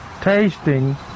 tasting